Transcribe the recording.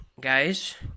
guys